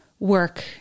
work